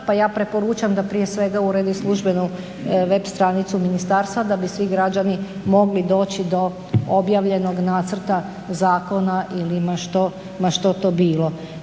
pa preporučam da prije svega uredi službenu web stranicu ministarstva da bi svi građani mogli doći do objavljenog nacrta zakona ili ma što to bilo.